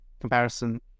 comparison